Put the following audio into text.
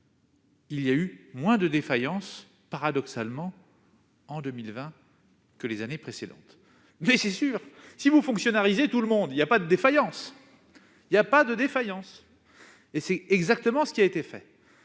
il y a eu moins de défaillances en 2020 que les années précédentes. C'est logique : si vous fonctionnarisez tout le monde, il n'y a pas de défaillances ! Or c'est exactement ce qui a été fait.